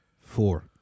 four